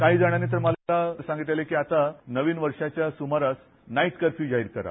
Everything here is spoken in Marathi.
काही जणांनी तर मला सांगितलेलं आहे की नवीन वर्षाच्या सुमारास नाईट कर्फ्यू जाहीर करा